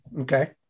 Okay